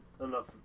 enough